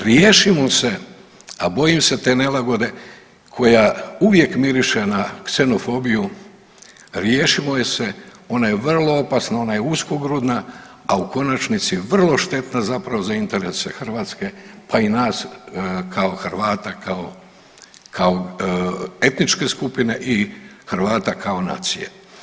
Riješimo se, a bojim se te nelagode koja uvijek miriše na ksenofobiju, riješimo je se ona je vrlo opasna, ona je uskogrudna, a u konačnici vrlo štetna za interese Hrvatske pa i nas kao Hrvata kao etničke skupine i Hrvata kao nacije.